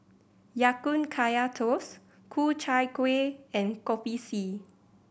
Ya Kun Kaya Toast Ku Chai Kuih and Kopi C